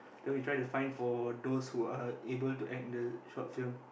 then we try to find for those who are able to act in the short film